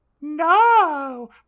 No